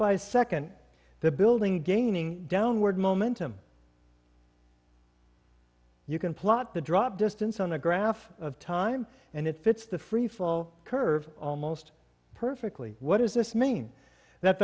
by second the building gaining downward momentum you can plot the drop distance on a graph of time and it fits the freeflow curve almost perfectly what does this mean that